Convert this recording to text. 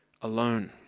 alone